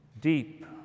deep